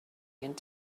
aunt